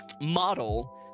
model